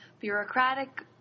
bureaucratic